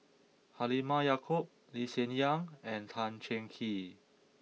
Halimah Yacob Lee Hsien Yang and Tan Cheng Kee